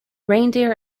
reindeer